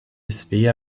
svea